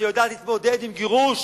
שיודעת להתמודד עם גירוש